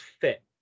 fit